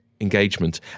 Engagement